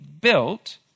built